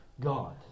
God